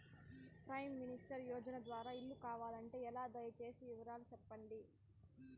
Prime minister యోజన ద్వారా ఇల్లు కావాలంటే ఎలా? దయ సేసి వివరాలు సెప్పండి?